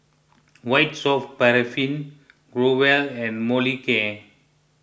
White Soft Paraffin Growell and Molicare